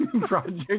Project